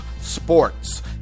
Sports